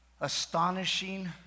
astonishing